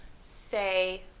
say